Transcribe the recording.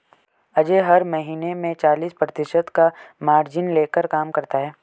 अजय हर महीने में चालीस प्रतिशत का मार्जिन लेकर काम करता है